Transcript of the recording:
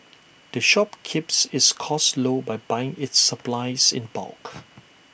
the shop keeps its costs low by buying its supplies in bulk